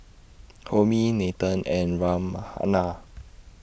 Homi Nathan and Ram